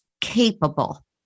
capable